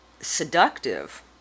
seductive